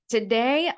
Today